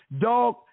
dog